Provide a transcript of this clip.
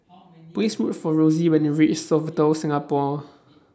Please Look For Rosy when YOU REACH Sofitel Singapore